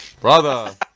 BROTHER